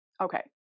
Okay